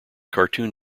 cartoon